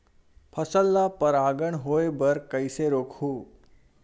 फसल ल परागण होय बर कइसे रोकहु?